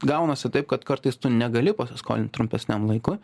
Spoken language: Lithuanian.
gaunasi taip kad kartais tu negali paskolint trumpesniam laikui